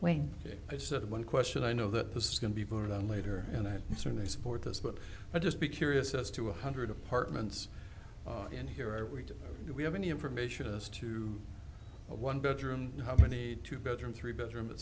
when i said one question i know that this is going to be voted on later and i certainly support this but i just be curious as to one hundred apartments in here every day do we have any information as to a one bedroom how many two bedroom three bedroom